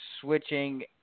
switching